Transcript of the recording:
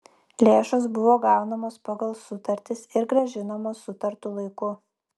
lėšos buvo gaunamos pagal sutartis ir grąžinamos sutartu laiku